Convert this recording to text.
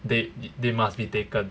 they they must be taken